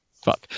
fuck